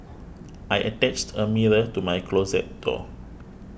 I attached a mirror to my closet door